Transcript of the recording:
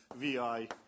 Vi